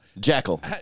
Jackal